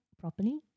properly